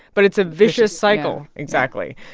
but it's a vicious cycle. exactly.